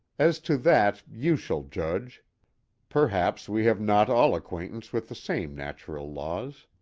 as to that you shall judge perhaps we have not all acquaintance with the same natural laws.